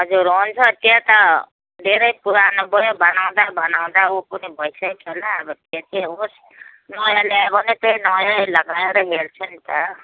हजुर हुन्छ त्यो त धेरै पुरानो भयो बनाउँदा बनाउँदा उ पनि भैसक्यो होला अब त्यो त्यही होस् नयाँ ल्यायो भने नयाँ नै लगाएर हेर्छु नि त